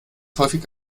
häufig